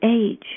age